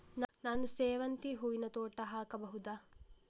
ನಾನು ಸೇವಂತಿ ಹೂವಿನ ತೋಟ ಹಾಕಬಹುದಾ?